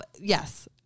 yes